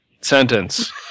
sentence